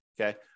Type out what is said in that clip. okay